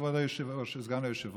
כבוד היושב-ראש או סגן היושב-ראש